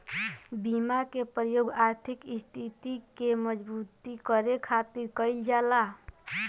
बीमा के प्रयोग आर्थिक स्थिति के मजबूती करे खातिर कईल जाला